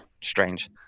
strange